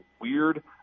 weird